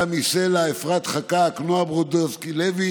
תמי סלע, אפרת חקאק, נועה ברודסקי-לוי,